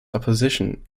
opposition